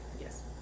Yes